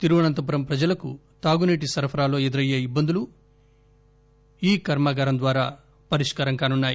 తిరువనంతపురం ప్రజలకు తాగునీటి సరఫరాలో ఎదురయ్యే ఇబ్బందులు ఈ కర్మాగారం ద్వారా పరిష్కారం కానున్నాయి